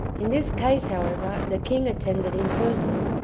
in this case, however, the king attended in person.